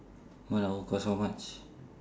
one hour cost how much